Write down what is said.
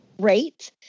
great